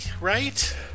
right